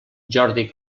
jordi